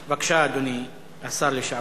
בבקשה, אדוני השר לשעבר.